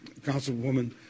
Councilwoman